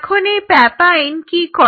এখন এই প্যাপাইন কি করে